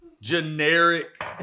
Generic